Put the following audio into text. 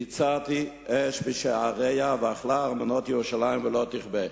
והצתי אש בשעריה ואכלה ארמנות ירושלים ולא תכבה.